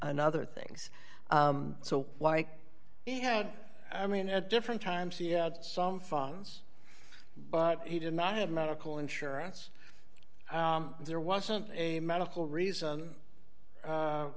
other things so like he had i mean at different times he had some funds but he did not have medical insurance and there wasn't a medical reason